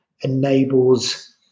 enables